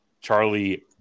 Charlie